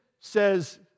says